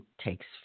takes